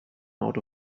out